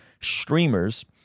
streamers